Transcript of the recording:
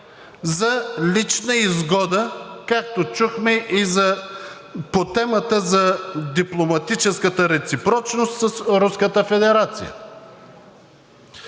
за лична изгода, както чухме и по темата за дипломатическата реципрочност с